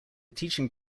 teaching